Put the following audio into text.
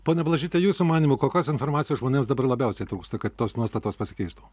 pone blažyte jūsų manymu kokios informacijos žmonėms dabar labiausiai trūksta kad tos nuostatos pasikeistų